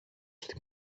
στην